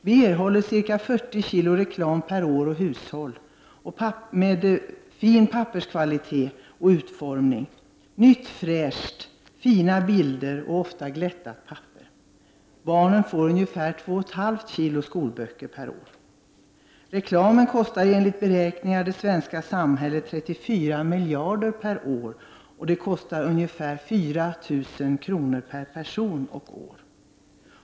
Vi erhåller ca 40 kg reklam per år och hushåll med fin papperskvalitet och utformning, nytt, fräscht, ofta glättat papper och fina bilder. Barnen får ungefär två och ett halvt kilo skolböcker per år. Reklamen kostar enligt beräkningar det svenska samhället 34 miljarder per år, och det kostar ungefär 4 000 kr. per person och år.